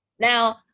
now